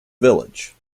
village